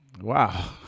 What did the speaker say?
wow